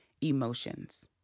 emotions